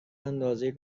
اندازه